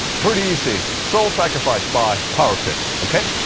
pretty easy soul sacrifice by power trip, ok?